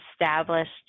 established